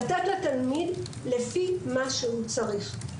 לתת לתלמיד לפי מה שהוא צריך.